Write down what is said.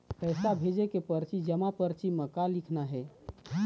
पैसा भेजे के परची जमा परची म का लिखना हे?